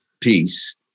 peace